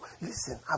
Listen